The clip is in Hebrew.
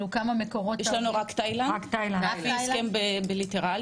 יש לנו רק תאילנד לפי הסכם בילטרלי,